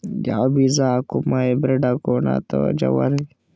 ಯಾವ ಬೀಜ ಹಾಕುಮ, ಹೈಬ್ರಿಡ್ ಹಾಕೋಣ ಅಥವಾ ಜವಾರಿ?